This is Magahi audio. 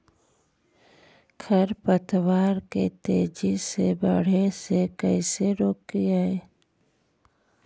खर पतवार के तेजी से बढ़े से कैसे रोकिअइ?